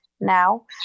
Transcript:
now